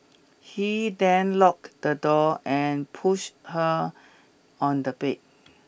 he then locked the door and pushed her on the bed